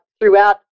throughout